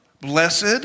blessed